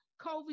COVID